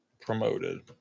promoted